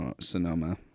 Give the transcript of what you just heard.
Sonoma